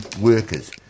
workers